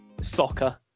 soccer